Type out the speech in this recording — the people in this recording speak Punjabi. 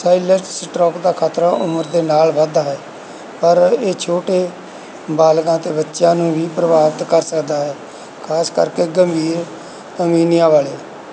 ਸਾਈਲੈਂਸ ਸਟ੍ਰੋਕ ਦਾ ਖ਼ਤਰਾ ਉਮਰ ਦੇ ਨਾਲ ਵੱਧਦਾ ਹੈ ਪਰ ਇਹ ਛੋਟੇ ਬਾਲਗਾਂ ਅਤੇ ਬੱਚਿਆਂ ਨੂੰ ਵੀ ਪ੍ਰਭਾਵਤ ਕਰ ਸਕਦਾ ਹੈ ਖਾਸ ਕਰਕੇ ਗੰਭੀਰ ਅਮੀਨੀਆ ਵਾਲੇ